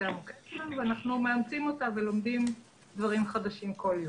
--- ואנחנו מאמצים אותה ולומדים דברים חדשים כל יום.